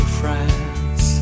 friends